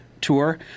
tour